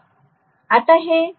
आता हे 30 डिग्री ने हलविले गेले आहे